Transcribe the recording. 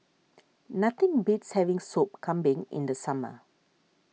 nothing beats having Sop Kambing in the summer